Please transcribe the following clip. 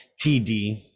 TD